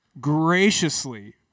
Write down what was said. graciously